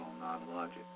non-logic